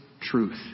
truth